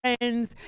friends